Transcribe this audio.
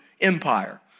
empire